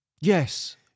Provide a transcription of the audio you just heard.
yes